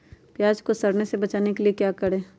प्याज को सड़ने से बचाने के लिए क्या करें?